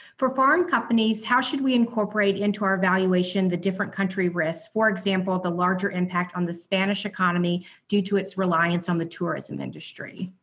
for farm companies, how should we incorporate into our valuation the different country risks, for example, the larger impact on the spanish economy due to its reliance on the tourism industry.